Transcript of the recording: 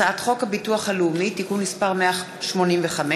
הצעת חוק הביטוח הלאומי (תיקון מס' 185)